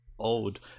old